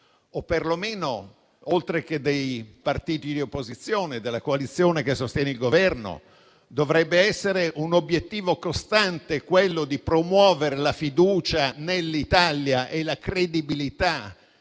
Parlamento, anche dei partiti di opposizione, oltre che della coalizione che sostiene il Governo. Dovrebbe essere un obiettivo costante promuovere la fiducia nell'Italia e la credibilità